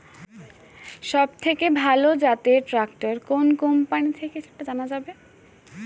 সবথেকে ভালো জাতের ট্রাক্টর কোন কোম্পানি থেকে সেটা জানা যাবে?